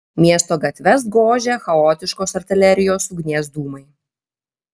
miesto gatves gožė chaotiškos artilerijos ugnies dūmai